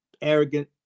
arrogant